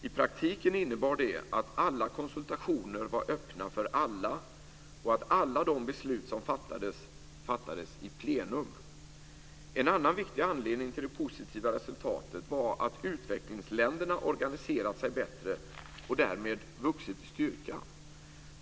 I praktiken innebar det att alla konsultationer var öppna för alla och att alla de beslut som fattades fattades i plenum. En annan viktig anledning till det positiva resultatet var att utvecklingsländerna har organiserat sig bättre och därmed vuxit i styrka.